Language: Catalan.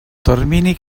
termini